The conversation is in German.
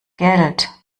geld